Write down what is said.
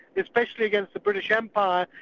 especially against the british empire,